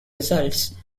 results